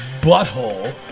butthole